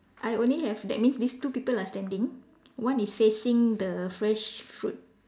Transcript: I only have that means these two people are standing one is facing the fresh fruit